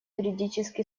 юридически